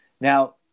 Now